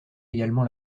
également